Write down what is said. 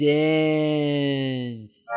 dance